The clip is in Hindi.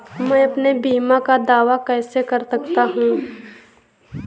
मैं अपने बीमा का दावा कैसे कर सकता हूँ?